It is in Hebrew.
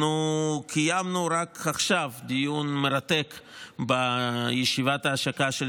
אנחנו קיימנו רק עכשיו דיון מרתק בישיבת ההשקה של